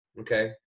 okay